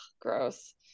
gross